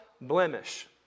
blemish